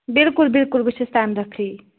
بِلکُل بِلکُل بہٕ چھَس تَمہِ دۄہ فرٛی